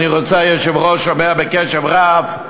והיושב-ראש שומע בקשב רב,